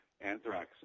Anthrax